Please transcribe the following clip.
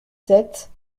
sept